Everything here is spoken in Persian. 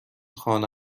خانه